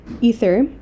Ether